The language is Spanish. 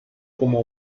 como